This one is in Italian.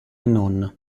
non